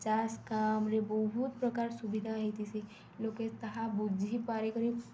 ଚାଷ୍ କାମ୍ରେ ବହୁତ୍ ପ୍ରକାର୍ ସୁବିଧା ହେଇଥିସି ଲୋକେ ତାହା ବୁଝିପାରିକରି